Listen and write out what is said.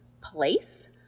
place